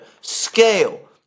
scale